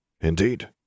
Indeed